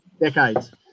decades